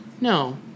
No